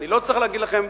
אני לא צריך להגיד לכם.